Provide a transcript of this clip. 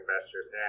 investors